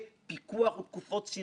אין לנו כוונה,